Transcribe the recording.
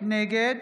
נגד